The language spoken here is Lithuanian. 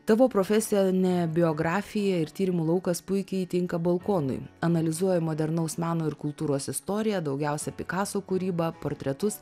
tavo profesija ne biografija ir tyrimų laukas puikiai tinka balkonui analizuoji modernaus meno ir kultūros istoriją daugiausiai pikaso kūrybą portretus